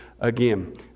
again